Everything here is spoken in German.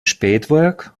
spätwerk